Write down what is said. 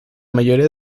mayoría